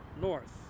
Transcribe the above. north